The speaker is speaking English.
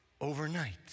overnight